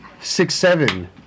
Six-seven